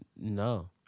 No